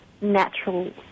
natural